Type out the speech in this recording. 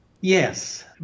Yes